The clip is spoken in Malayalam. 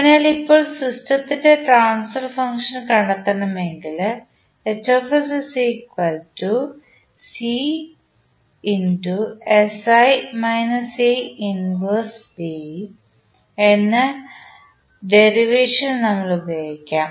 അതിനാൽ ഇപ്പോൾ സിസ്റ്റത്തിന്റെ ട്രാൻസ്ഫർ ഫംഗ്ഷൻ കണ്ടെത്തണമെങ്കിൽ എന്ന ഡെറിവേഷൻ നമ്മൾ ഉപയോഗിക്കും